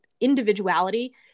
individuality